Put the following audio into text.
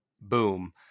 boom